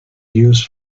used